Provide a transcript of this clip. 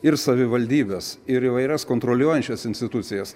ir savivaldybes ir įvairias kontroliuojančias institucijas